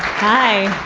hi.